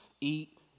eat